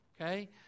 Okay